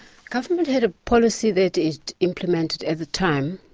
government had a policy that it implemented at the time.